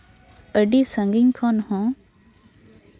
ᱟᱹᱰᱤ ᱥᱟᱺᱜᱤᱧ ᱠᱷᱚᱱ ᱦᱚᱸ